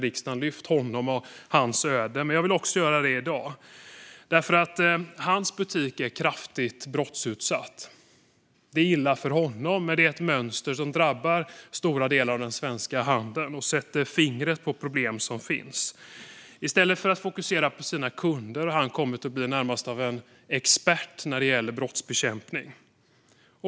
Jag har lyft fram honom och hans öde tidigare här i riksdagen. Det vill jag göra också i dag. Hans butik är nämligen kraftigt brottsutsatt. Det är illa för honom. Men det är också ett mönster som drabbar stora delar av den svenska handeln. Det sätter fingret på de problem som finns. I stället för att fokusera på sina kunder har han kommit att bli närmast expert när det gäller brottsbekämpning.